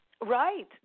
Right